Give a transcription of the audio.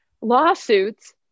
lawsuits